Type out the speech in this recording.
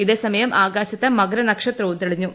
ഇതേസമയം ആകാശത്ത് മകര നക്ഷത്രവും തെളിഞ്ഞു